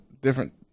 different